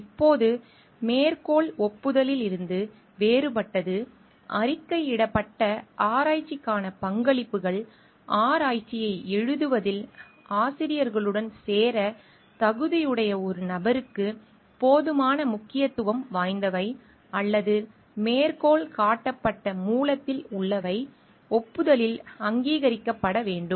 இப்போது மேற்கோள் ஒப்புதலிலிருந்து வேறுபட்டது அறிக்கையிடப்பட்ட ஆராய்ச்சிக்கான பங்களிப்புகள் ஆராய்ச்சியை எழுதுவதில் ஆசிரியர்களுடன் சேர தகுதியுடைய ஒரு நபருக்கு போதுமான முக்கியத்துவம் வாய்ந்தவை அல்லது மேற்கோள் காட்டப்பட்ட மூலத்தில் உள்ளவை ஒப்புதலில் அங்கீகரிக்கப்பட வேண்டும்